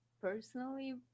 Personally